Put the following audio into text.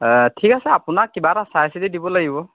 ঠিক আছে আপোনাক কিবা এটা চাই চিতি দিব লাগিব